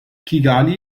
kigali